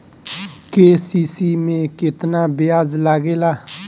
KCC में केतना ब्याज लगेला?